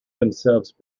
themselves